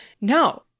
No